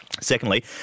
Secondly